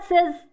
says